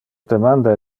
demanda